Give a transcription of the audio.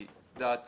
אני לא יודעת